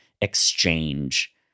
exchange